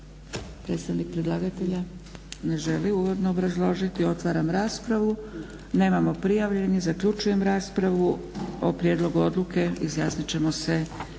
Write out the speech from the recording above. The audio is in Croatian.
Predstavnik predlagatelja? Ne želi uvodno obrazložiti. Otvaram raspravu. Nemamo prijavljenih. Zaključujem raspravu. O prijedlogu odluke izjasnim ćemo se